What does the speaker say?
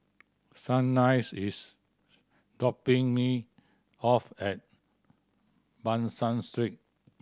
Shanice is dropping me off at Ban San Street